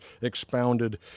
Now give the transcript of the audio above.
expounded